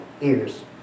ears